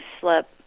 slip